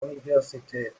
universität